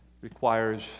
requires